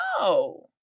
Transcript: no